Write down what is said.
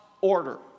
order